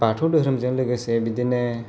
बाथौ दोहोरोमजों लोगोसे बिदिनो